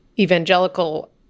evangelical